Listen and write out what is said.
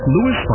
Lewis